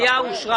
הפנייה אושרה.